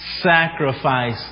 Sacrifice